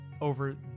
Over